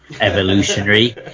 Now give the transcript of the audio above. Evolutionary